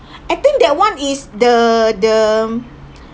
I think that one is the the